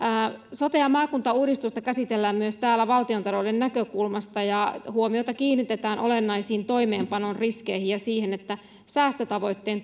sote ja maakuntauudistusta käsitellään tässä valtiontalouden näkökulmasta ja huomiota kiinnitetään olennaisiin toimeenpanon riskeihin ja siihen että säästötavoitteen